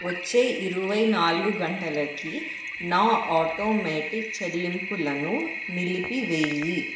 వచ్చే ఇరువై నాలుగు గంటలకి నా ఆటోమేటిక్ చెల్లింపులను నిలిపివేయి